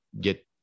get